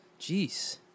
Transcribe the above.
Jeez